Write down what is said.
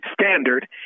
standard